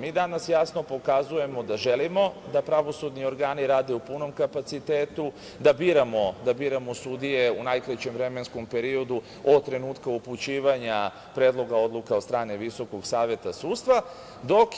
Mi danas jasno pokazujemo da želimo da pravosudni organi rade u punom kapacitetu, da biramo sudije u najkraćem vremenskom periodu od trenutka upućivanja predloga odluka od strane VSS, dok